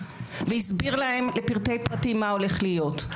והסביר להם לפרטי פרטים מה הולך להיות,